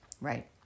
Right